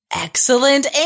excellent